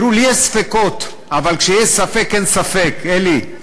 לי יש ספקות, אבל כשיש ספק, אין ספק, אלי.